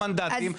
מנדטים.